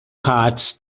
cards